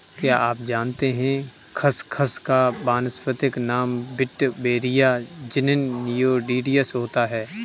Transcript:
क्या आप जानते है खसखस का वानस्पतिक नाम वेटिवेरिया ज़िज़नियोइडिस होता है?